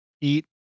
eat